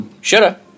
Shoulda